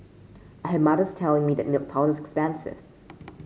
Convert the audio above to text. I had mothers telling me that milk powder is expensive